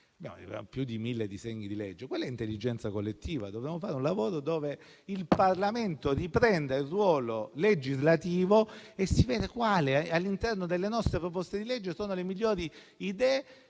più di mille disegni di legge, questa è intelligenza collettiva; dobbiamo fare un lavoro in cui il Parlamento riprenda il ruolo legislativo e si veda all'interno delle nostre proposte di legge quali siano le migliori idee